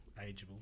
ageable